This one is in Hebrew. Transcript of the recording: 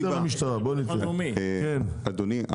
אדוני,